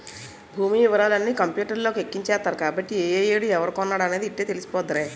భూమి యివరాలన్నీ కంపూటర్లకి ఎక్కించేత్తరు కాబట్టి ఏ ఏడు ఎవడు కొన్నాడనేది యిట్టే తెలిసిపోద్దిరా